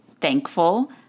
thankful